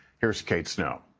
here's kate snow.